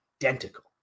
identical